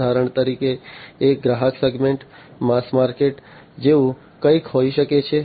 ઉદાહરણ તરીકે એક ગ્રાહક સેગમેન્ટ માસ માર્કેટ જેવું કંઈક હોઈ શકે છે